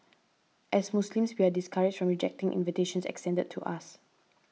as Muslims we are discouraged from rejecting invitations extended to us